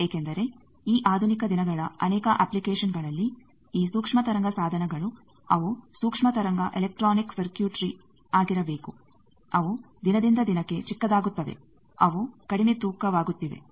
ಏಕೆಂದರೆ ಈ ಆಧುನಿಕ ದಿನಗಳ ಅನೇಕ ಅಪ್ಲಿಕೇಷನ್ಗಳಲ್ಲಿ ಈ ಸೂಕ್ಷ್ಮ ತರಂಗ ಸಾಧನಗಳು ಅವು ಸೂಕ್ಷ್ಮ ತರಂಗ ಎಲೆಕ್ಟ್ರೋನಿಕ್ ಸರ್ಕ್ಯೂಟ್ರಿ ಆಗಿರಬೇಕು ಅವು ದಿನದಿಂದ ದಿನಕ್ಕೆ ಚಿಕ್ಕದಾಗುತ್ತವೆ ಅವು ಕಡಿಮೆ ತೂಕವಾಗುತ್ತಿವೆ